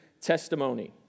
testimony